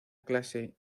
clase